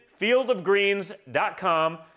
fieldofgreens.com